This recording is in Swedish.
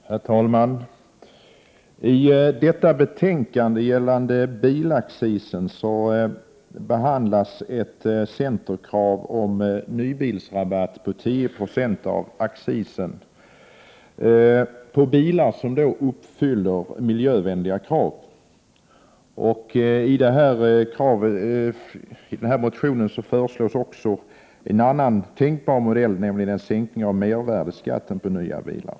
Herr talman! I detta betänkade gällande bilaccis behandlas ett centerkrav om nybilsrabatt på 10 26 av accisen för bilar som uppfyller krav på miljövänlighet. I motionen föreslås även en annan tänkbar modell, nämligen en sänkning av mervärdeskatten på nya bilar.